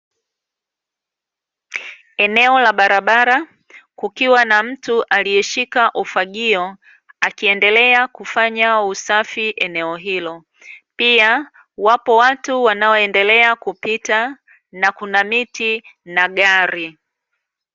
Eneo la barabara, kukiwa na mtu alieshika ufagio ,akiendelea kufanya usafi eneo hilo .Pia wapo watu wanaondelea kupita na kuna miti na gari.